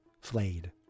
flayed